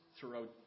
throughout